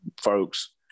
folks